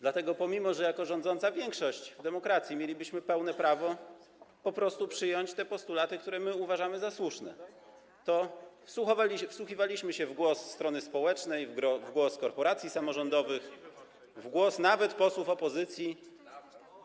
Dlatego pomimo że jako rządząca większość w demokracji mielibyśmy pełne prawo po prostu przyjąć te postulaty, które uważamy za słuszne, wsłuchiwaliśmy się w głos strony społecznej, w głos korporacji samorządowych, w głos nawet posłów opozycji.